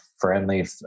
friendly